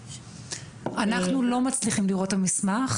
אנחנו לא מצליחים לראות את המסמך,